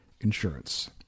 insurance